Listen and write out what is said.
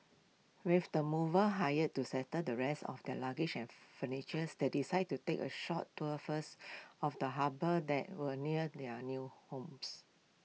with the movers hired to settle the rest of their luggage and furniture's they decided to take A short tour first of the harbour that ware near their new home